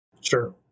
Sure